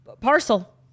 Parcel